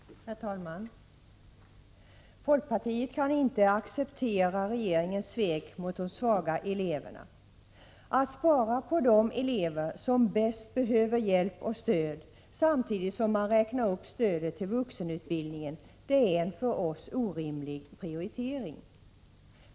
Herr talman! Folkpartiet kan inte acceptera regeringens svek mot de svaga eleverna. Att spara på insatser för de elever som bäst behöver hjälp och stöd, samtidigt som anslagen till vuxenutbildningen räknas upp, är en för oss orimlig prioritering.